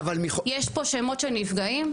יש פה שמות של נפגעים.